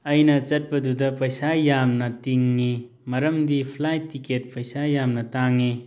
ꯑꯩꯅ ꯆꯠꯄꯗꯨꯗ ꯄꯩꯁꯥ ꯌꯥꯝꯅ ꯇꯤꯡꯏ ꯃꯔꯝꯗꯤ ꯐ꯭ꯂꯥꯏꯠ ꯇꯤꯀꯦꯠ ꯄꯩꯁꯥ ꯌꯥꯝꯅ ꯇꯥꯡꯏ